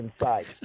inside